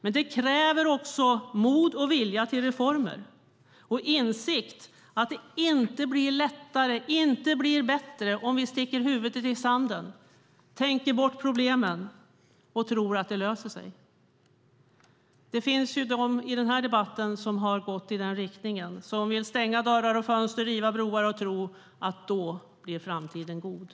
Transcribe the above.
Det här kräver mod och en vilja till reformer men även en insikt om att det inte blir lättare eller bättre om vi sticker huvudet i sanden, tänker bort problemen och tror att det löser sig. Det finns personer i den här debatten som gått i den riktningen, som vill stänga dörrar och fönster, riva broar och tro att framtiden då blir god.